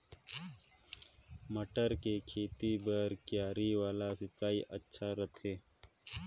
मटर के खेती बर क्यारी वाला सिंचाई अच्छा रथे?